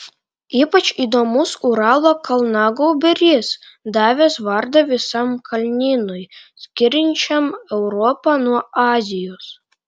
ypač įdomus uralo kalnagūbris davęs vardą visam kalnynui skiriančiam europą nuo azijos